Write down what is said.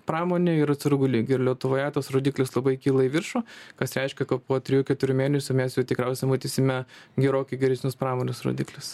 pramonėj ir atsargų lygio ir lietuvoje tuos rodiklis labai kyla į viršų kas reiškia kad po trijų keturių mėnesių mes jau tikriausia matysime gerokai geresnius pramonės rodiklius